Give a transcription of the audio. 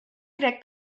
crec